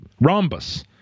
rhombus